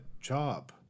job